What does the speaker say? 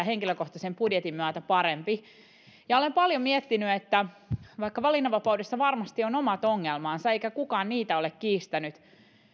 henkilökohtaisen budjetin myötä parempi ja olen paljon miettinyt että vaikka valinnanvapaudessa varmasti on omat ongelmansa eikä kukaan niitä ole kiistänyt